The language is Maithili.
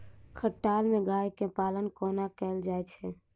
खटाल मे गाय केँ पालन कोना कैल जाय छै?